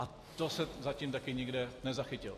A to jsem zatím taky nikde nezachytil.